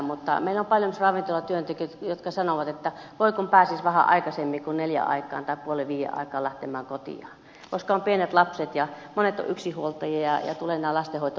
mutta meillä on paljon esimerkiksi ravintolatyöntekijöitä jotka sanovat että voi kun pääsisi vähän aikaisemmin kuin neljän aikaan tai puoli viiden aikaan lähtemään kotiin koska on pienet lapset ja monet ovat yksinhuoltajia ja tulee näitä lastenhoito ongelmia